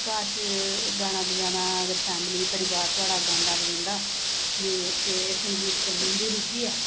घर च गाना बजाना अगर फैमिली परिवार थोआढ़ा गांदा बजांदा ते संगीत कन्नै उं'दी रूचि ऐ